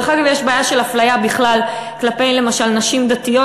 דרך אגב, יש בעיה של אפליה בכלל כלפי נשים דתיות.